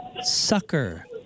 sucker